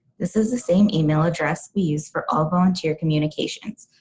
this is the same email address we use for all volunteer communications,